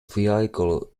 vehicle